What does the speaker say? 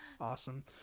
awesome